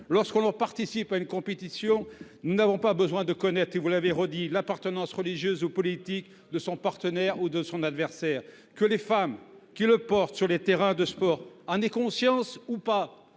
Lorsqu’on participe à une compétition, on n’a pas besoin de connaître l’appartenance religieuse ou politique de son partenaire ou de son adversaire… Que les femmes qui le portent sur les terrains de sport en aient conscience ou pas,